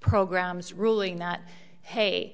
programs ruling that hey